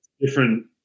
different